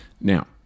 Now